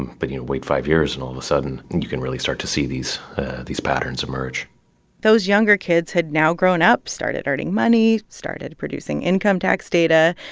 but, you know, wait five years, and all of a sudden and you can really start to see these these patterns emerge those younger kids had now grown up, started earning money, started producing income tax data.